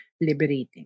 liberating